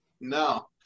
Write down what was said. No